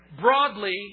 Broadly